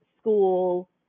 school